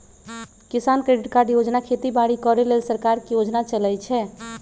किसान credit card योजना खेती बाड़ी करे लेल सरकार के योजना चलै छै